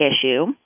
issue